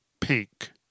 pink